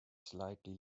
slightly